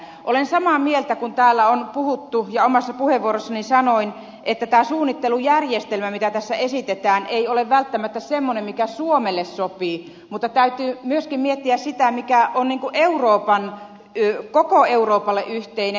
olen samaa mieltä kuin täällä on puhuttu ja omassa puheenvuorossani sanoin että tämä suunnittelujärjestelmä mitä tässä esitetään ei ole välttämättä semmoinen mikä suomelle sopii mutta täytyy myöskin miettiä sitä mikä on koko euroopalle yhteinen